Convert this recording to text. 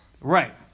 Right